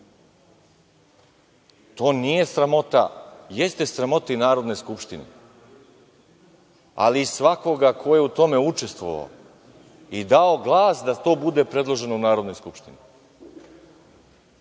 To nije sramota. Jeste sramota i Narodne skupštine, ali i svakoga ko je u tome učestvovao i dao glas da to bude predloženo u Narodnoj skupštini,